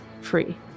free